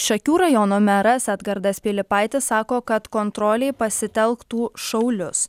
šakių rajono meras edgardas pilypaitis sako kad kontrolei pasitelktų šaulius